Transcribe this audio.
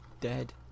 dead